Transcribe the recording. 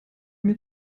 mir